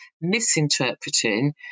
misinterpreting